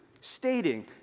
stating